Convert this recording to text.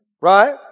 right